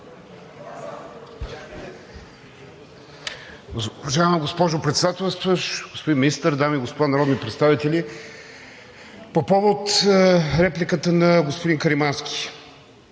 Уважаема госпожо Председателстващ, господин Министър, дами и господа народни представители! По повод репликата на господин Каримански.